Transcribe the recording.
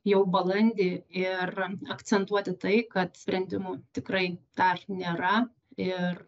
jau balandį ir akcentuoti tai kad sprendimų tikrai dar nėra ir